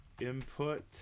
input